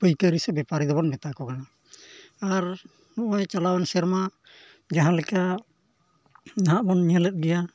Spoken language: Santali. ᱯᱟᱹᱭᱠᱟᱹᱨᱤ ᱥᱮ ᱵᱮᱯᱟᱨᱤ ᱫᱚᱵᱚᱱ ᱢᱮᱛᱟ ᱠᱚ ᱠᱟᱱᱟ ᱟᱨ ᱦᱚᱜᱼᱚᱸᱭ ᱪᱟᱞᱟᱣᱮᱱ ᱥᱮᱨᱢᱟ ᱡᱟᱦᱟᱸ ᱞᱮᱠᱟ ᱱᱟᱦᱟᱸᱜ ᱵᱚᱱ ᱧᱮᱞᱮᱫ ᱜᱮᱭᱟ